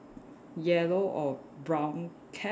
yellow or brown cap